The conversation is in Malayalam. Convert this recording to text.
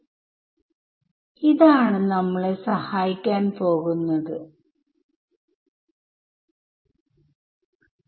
ഏതുതരത്തിലുള്ള വേവ് ആണ് അങ്ങനെയുള്ള ഒരു ഗ്രിഡിലൂടെ പോവുന്നത് എന്ന് നമുക്ക് അറിയണംഅതിന് പരിധിയിൽ ഉള്ള ഫൈനൈറ്റ് ഉം ഉം ഉണ്ട്